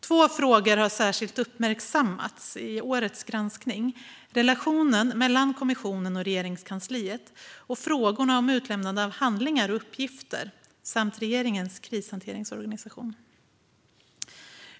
Två frågor har särskilt uppmärksammats i årets granskning: relationen mellan kommissionen och Regeringskansliet när det gäller frågorna om utlämnande av handlingar och uppgifter samt regeringens krishanteringsorganisation.